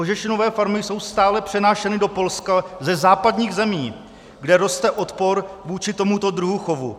Kožešinové farmy jsou stále přenášeny do Polska ze západních zemí, kde roste odpor vůči tomuto druhu chovu.